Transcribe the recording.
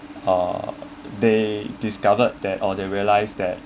uh they discovered that or they realize that